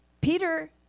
Peter